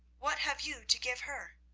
what have you to give her?